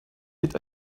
mit